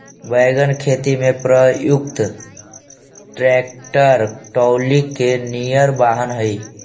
wagon खेती में प्रयुक्त ट्रैक्टर ट्रॉली निअन वाहन हई